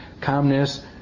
calmness